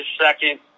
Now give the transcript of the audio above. second